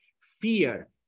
fear